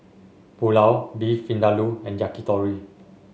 Pulao Beef Vindaloo and Yakitori